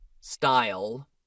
style